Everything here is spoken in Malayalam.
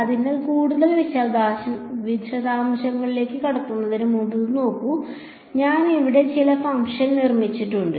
അതിനാൽ കൂടുതൽ വിശദാംശങ്ങളിലേക്ക് കടക്കുന്നതിന് മുമ്പ് ഇത് നോക്കൂ ഞാൻ ഇവിടെ ചില ഫംഗ്ഷൻ നിർമ്മിച്ചിട്ടുണ്ട്